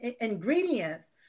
ingredients